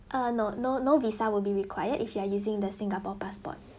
err no no no visa will be required if you are using the singapore passport